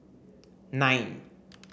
nine